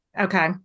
Okay